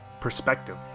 perspective